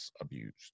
abused